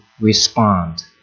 respond